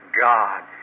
God